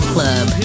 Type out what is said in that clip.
Club